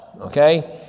okay